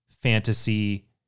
fantasy